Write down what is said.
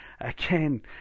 again